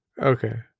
Okay